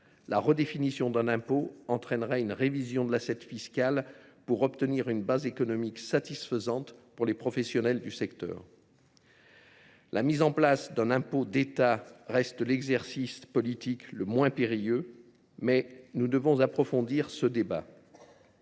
la redéfinition d’un impôt entraînerait une révision de son assiette fiscale pour obtenir une base économique satisfaisante pour les professionnels du secteur. La création d’un impôt d’État reste l’exercice politique le moins périlleux, mais nous devrons approfondir ce débat.